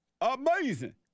Amazing